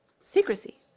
secrecy